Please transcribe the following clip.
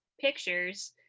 pictures